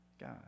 god